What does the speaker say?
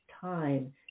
time